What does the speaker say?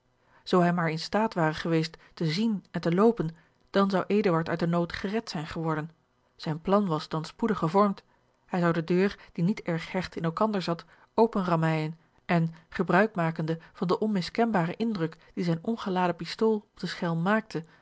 zoo hij maar in staat ware geweest te zien en te loopen dan zou eduard uit den nood gered zijn geworden zijn plan was dan george een ongeluksvogel spoedig gevormd hij zou de deur die niet erg hecht in elkander zat openrammeijen en gebruik maken de van den onmiskenbaren indruk dien zijne ongeladene pistool op den schelm maakte